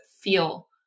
feel